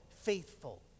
Faithful